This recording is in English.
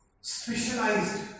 specialized